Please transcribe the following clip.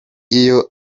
iyo